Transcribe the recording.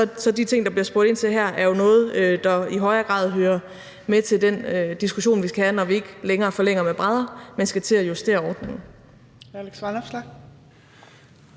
er de ting, der bliver spurgt ind til her, jo noget, der i højere grad hører med til den diskussion, vi skal have, når vi ikke længere forlænger med brædder, men skal til at justere ordningen.